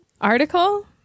article